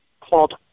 called